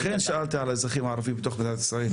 לכן שאלתי על האזרחים הערביים במדינת ישראל.